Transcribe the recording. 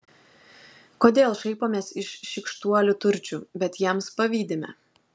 kodėl šaipomės iš šykštuolių turčių bet jiems pavydime